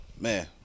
man